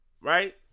right